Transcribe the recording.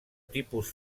tipus